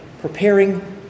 preparing